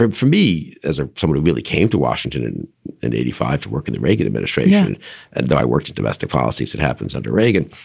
um for me, as ah somebody really came to washington in an eighty five to work in the reagan administration and i worked in domestic policy, it happens under reagan.